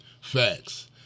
Facts